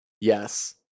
Yes